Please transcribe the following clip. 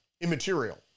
immaterial